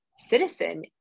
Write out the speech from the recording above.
citizen